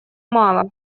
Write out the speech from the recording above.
мало